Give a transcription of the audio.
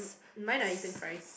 mine are eaten fries